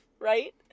right